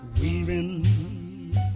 weaving